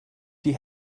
die